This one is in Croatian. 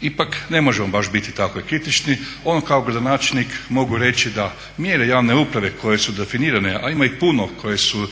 ipak ne možemo baš tako biti i kritični. Ono kao gradonačelnik mogu reći da mjere javne uprave koje su definirane, a ima ih puno koje su